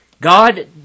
God